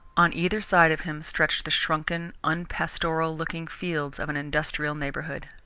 on either side of him stretched the shrunken, unpastoral-looking fields of an industrial neighbourhood.